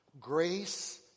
grace